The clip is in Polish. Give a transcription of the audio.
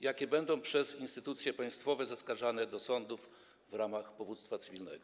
jakie będą przez instytucje państwowe zaskarżane do sądów w ramach powództwa cywilnego?